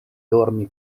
dormi